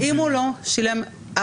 -- אם הוא לא שילם --- לא,